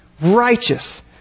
righteous